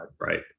right